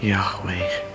Yahweh